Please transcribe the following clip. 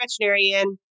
veterinarian